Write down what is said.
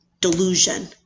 delusion